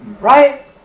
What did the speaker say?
Right